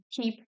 keep